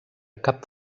cap